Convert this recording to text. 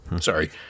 sorry